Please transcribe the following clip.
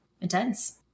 Intense